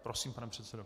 Prosím, pane předsedo.